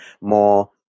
more